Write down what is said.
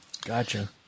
Gotcha